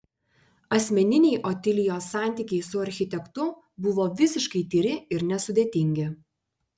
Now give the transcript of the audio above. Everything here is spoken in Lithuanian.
asmeniniai otilijos santykiai su architektu buvo visiškai tyri ir nesudėtingi